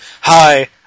Hi